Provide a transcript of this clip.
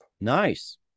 Nice